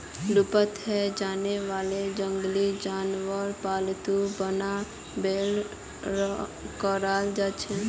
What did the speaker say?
लुप्त हैं जाने वाला जंगली जानवरक पालतू बनाए बेलेंस कराल जाछेक